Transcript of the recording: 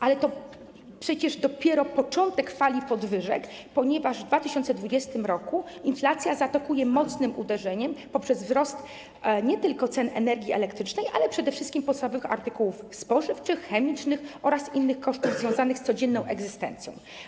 Ale to przecież dopiero początek fali podwyżek, ponieważ w 2020 r. inflacja zaatakuje mocnym uderzeniem poprzez wzrost nie tylko cen energii elektrycznej, ale przede wszystkim podstawowych artykułów spożywczych, chemicznych oraz innych kosztów związanych z codzienną egzystencją.